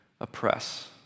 oppress